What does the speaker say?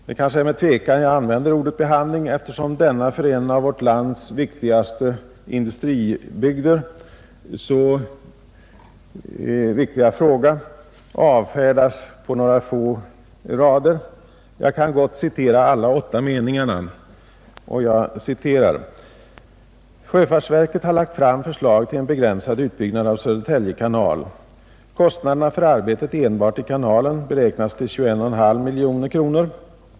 Det är med tvekan jag använder ordet behandling, eftersom denna för en av vårt lands viktigaste industribygder så väsentliga fråga avfärdas på några få rader. Jag kan gott citera alla åtta meningarna. ”Sjöfartsverket har lagt fram förslag till en begränsad utbyggnad av Södertälje kanal. Kostnaderna för arbetet enbart i kanalen beräknas till 21,5 milj.kr.nor.